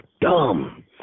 dumb